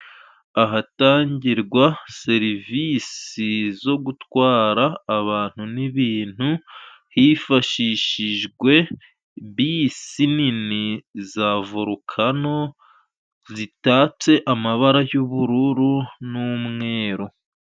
Ahatangirwa serivisi zo gutwara abantu n'ibintu, hifashishijwe bisi nini za volukano, zitatse amabara y'ubururu n'umweru.